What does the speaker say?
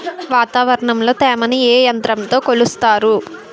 వాతావరణంలో తేమని ఏ యంత్రంతో కొలుస్తారు?